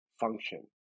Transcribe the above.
function